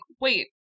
wait